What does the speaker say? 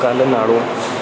ਕੱਲ੍ਹ ਨਾਲੋਂ